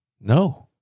No